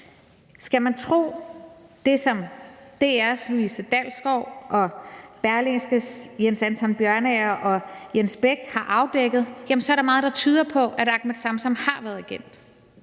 Skal man tro det, som DR's Louise Dalsgaard og Berlingskes Jens Anton Bjørnager og Jens Beck Nielsen har afdækket, er der meget, der tyder på, at Ahmed Samsam har været agent.